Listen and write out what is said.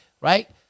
Right